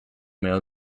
male